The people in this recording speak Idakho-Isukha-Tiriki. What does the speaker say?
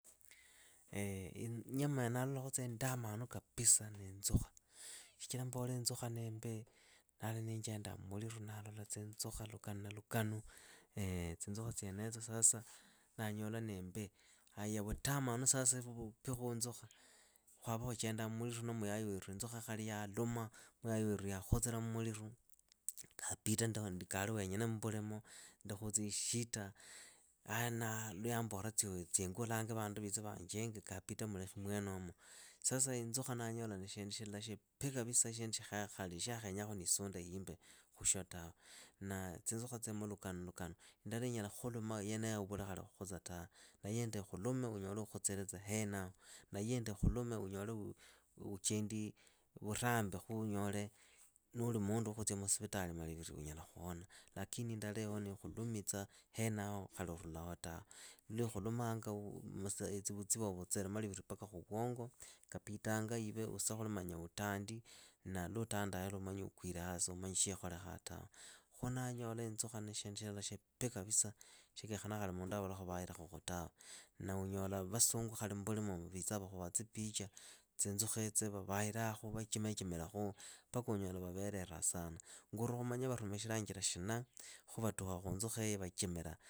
inyama ya ndalakhutsa indamanu kapisa ni inzukha, shichira mbole inzukha ni imbi. ndali niinjendaamuliru ndalola tsinzukha kukanu na lukanu. tsinzukha tsienetso sasa ndaalola niimbi. Haya vutamanu sasa vupi khunzukha, khwava khuchenda mmuliru na muyai weru inzukha yaaluma. muyai weru yaakhutsila mmuliru, kaapita ndikale woonyene mbulimo. ndi khutsishita. lwa yambola tsiingo ulange vandu vitse vaanjinge kapita mulekhuli mwenomo. Sasa inzukha ndanyola ni shindu shila shipi kabisa khali shaakhenyakhu ndiisunde himbi khushio tawe. Na tsinzukha zimu lukanulukanu, iliho inyala khuluma yeneyo uvule khali khutsa tawe. na hindi ikhulume unyole ukhutsiletsa henaho, na hindi ikhulume unyole uchendi vurambi, nuuli muundu wa khutsia muusivitali maliviribunyala khuhona, lakini indala iliho niikhulumitsa henaho urulaho tawe. Lwikhulumanga maliviri paka khu vwongo, kapitanga ive use khuli manya utandi. na luutanda yolo umanyi ukwile hasi. umanyi shiikholekhaa tawe. Khuunanyola inzukha ni shindu shila shipi kapisa shya kenyekhanaa khali mundu avule khuvailakhu tawe. Na unyola vasungu khali mbulimumu vitsa khali vakhuva tsipicha, tsinzukhitsi vavairakhu vachimirakhu paka unyola vavelelaa sana. ngorwa khumanya varumikhilaa injira shina khu vatukha khuunzukheyo vachimira